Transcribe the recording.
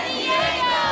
Diego